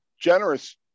generous